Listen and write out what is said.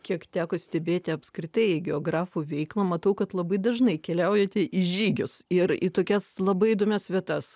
kiek teko stebėti apskritai geografų veiklą matau kad labai dažnai keliaujate į žygius ir į tokias labai įdomias vietas